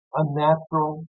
unnatural